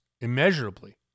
immeasurably